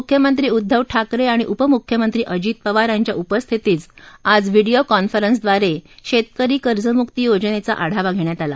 मुख्यमंत्री उद्घव ठाकरे आणि उपमुख्यमंत्री अजित पवार यांच्या उपस्थितीत आज व्हिडियो कॉन्फरन्सद्वारे शेतकारी कर्जमुकी योजनेचा आढावा धेण्यात आला